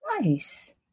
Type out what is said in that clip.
Nice